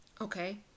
okay